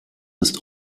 ist